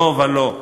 לא ולא.